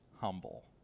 humble